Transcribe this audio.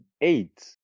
Eight